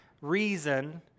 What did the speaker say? reason